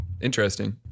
interesting